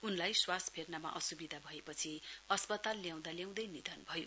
उनलाई श्वास फेर्नमा असुविधा अएपछि अस्पताल ल्याउँदा ल्याउँदै निधन भयो